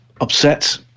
upset